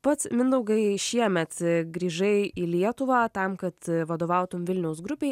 pats mindaugai šiemet grįžai į lietuvą tam kad vadovautum vilniaus grupei